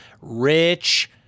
rich